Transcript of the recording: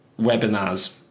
webinars